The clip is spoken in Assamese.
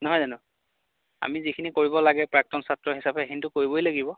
নহয় জানো আমি যিখিনি কৰিব লাগে প্ৰাক্তন ছাত্ৰ হিচাপে সেইখিনিটো কৰিবই লাগিব